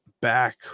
back